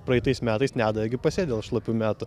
praeitais metais nedavė gi pasėt dėl šlapių metų